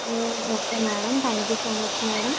okay madam thank you so much madam